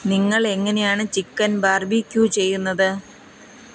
നിങ്ങൾ എങ്ങനെയാണ് chicken barbecue ചെയ്യുന്നത്